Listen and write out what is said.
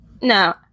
No